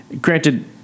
Granted